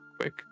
quick